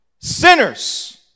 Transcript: Sinners